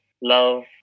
love